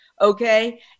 okay